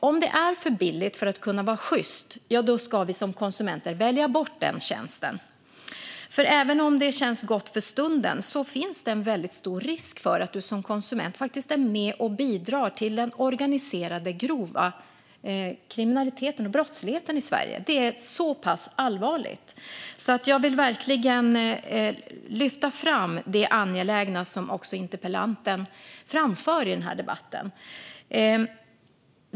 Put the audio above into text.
Om det är för billigt för att kunna vara sjyst ska vi som konsumenter välja bort den tjänsten, för även om det känns gott för stunden finns det en väldigt stor risk för att du som konsument faktiskt är med och bidrar till den organiserade, grova brottsligheten i Sverige. Det är så pass allvarligt, så jag vill verkligen lyfta fram det angelägna som också interpellanten framför i den här debatten.